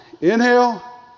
Inhale